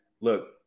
look